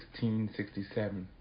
1667